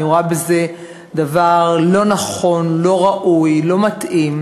אני רואה בזה דבר לא נכון, לא ראוי, לא מתאים,